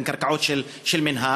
אלה קרקעות של המינהל,